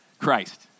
Christ